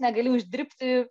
negali uždirbti